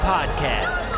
Podcast